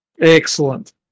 Excellent